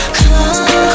come